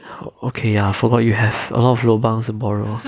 okay ya forgot you have a lot of lobangs to borrow